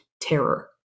terror